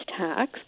tax